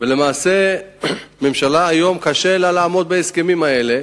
ולמעשה לממשלה היום קשה לעמוד בהסכמים האלה.